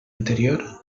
anterior